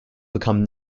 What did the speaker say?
become